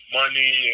money